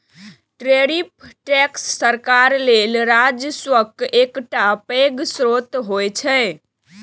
tariff tax सरकार लेल राजस्वक एकटा पैघ स्रोत होइ छै